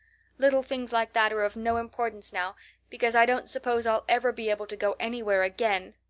little things like that are of no importance now because i don't suppose i'll ever be able to go anywhere again.